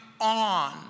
on